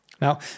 Now